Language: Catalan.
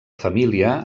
família